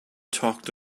talked